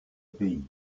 pays